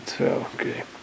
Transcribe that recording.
Okay